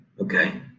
okay